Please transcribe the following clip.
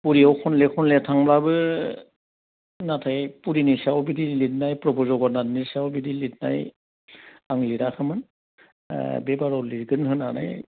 पुरियाव खनले खनले थांब्लाबो नाथाय पुरिनि सायाव बिदि लिरनाय प्रभु जगन्नाथनि सायाव बिदि लिरनाय आं लिराखैमोन बेबाराव लिरगोन होननानै